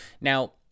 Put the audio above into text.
Now